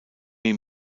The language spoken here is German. ihm